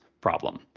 problem